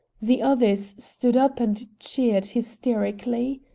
the others stood up and cheered hysterically.